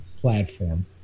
platform